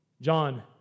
John